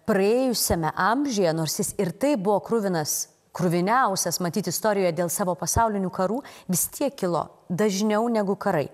praėjusiame amžiuje nors jis ir taip buvo kruvinas kruviniausias matyt istorijoje dėl savo pasaulinių karų vis tiek kilo dažniau negu karai